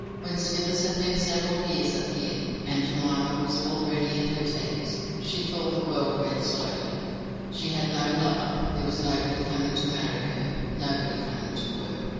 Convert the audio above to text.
when smithers had been several years at the inn, and jemima was already in her teens, she thought the world went slowly she had no lover, there was nobody coming to marry her, nobody coming to woo.